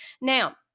Now